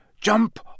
Jump